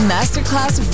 Masterclass